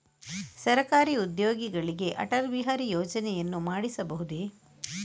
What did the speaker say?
ಸರಕಾರಿ ಉದ್ಯೋಗಿಗಳಿಗೆ ಅಟಲ್ ಬಿಹಾರಿ ಯೋಜನೆಯನ್ನು ಮಾಡಿಸಬಹುದೇ?